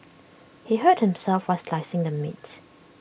he hurt himself while slicing the meat